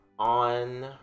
on